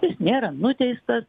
jis nėra nuteistas